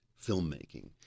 filmmaking